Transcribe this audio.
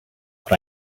what